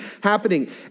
happening